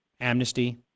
amnesty